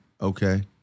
Okay